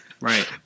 right